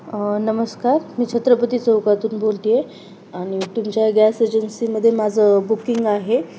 नमस्कार मी छत्रपती चौकातून बोलते आहे आणि तुमच्या गॅस एजन्सीमध्ये माझं बुकिंग आहे